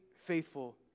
faithful